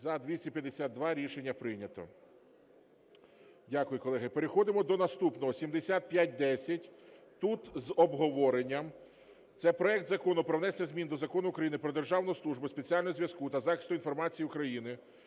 За-252 Рішення прийнято. Дякую, колеги. Переходимо до наступного – 7510, тут з обговоренням. Це проект Закону про внесення змін до Закону України "Про Державну службу спеціального зв'язку та захисту інформації України"